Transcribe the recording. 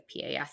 PAS